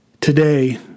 Today